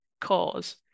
cause